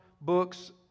books